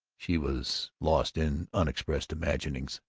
she was lost in unexpressed imaginings.